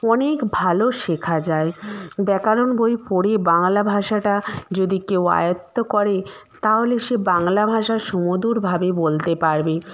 অনেক ভালো শেখা যায় ব্যাকরণ বই পড়ে বাংলা ভাষাটা যদি কেউ আয়ত্ত করে তাহলে সে বাংলা ভাষা সুমধুরভাবে বলতে পারবে